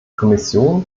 kommission